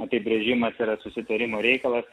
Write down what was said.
apibrėžimas yra susitarimo reikalas